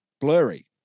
blurry